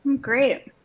Great